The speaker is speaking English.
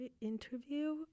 interview